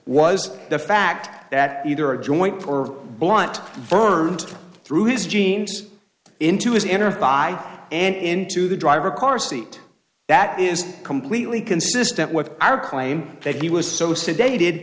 was the fact that either a joint or blunt terms through his jeans into his inner of by and into the driver car seat that is completely consistent with our claim that he was so sedated